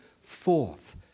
forth